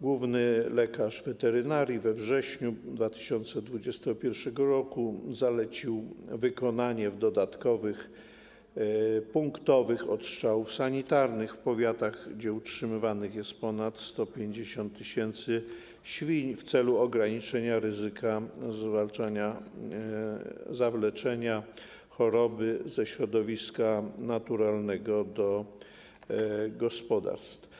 główny lekarz weterynarii we wrześniu 2021 r. zalecił wykonanie dodatkowych punktowych odstrzałów sanitarnych w powiatach, gdzie utrzymywanych jest ponad 150 tys. świń, w celu ograniczenia ryzyka zawleczenia choroby ze środowiska naturalnego do gospodarstw.